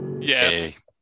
Yes